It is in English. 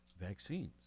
vaccines